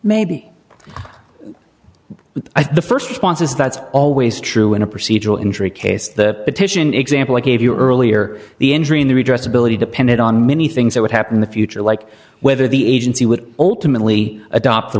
think the st response is that's always true in a procedural injury case the petition example i gave you earlier the injury in the redress ability depended on many things that would happen in the future like whether the agency would ultimately adopt the